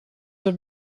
have